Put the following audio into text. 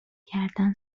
کردن